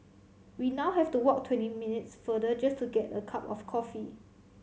we now have to walk twenty minutes further just to get a cup of coffee